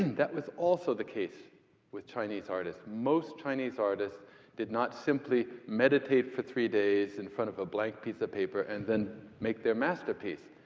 that was also the case with chinese artists. most chinese artists did not simply meditate for three days in front of a blank piece of paper and then make their masterpiece.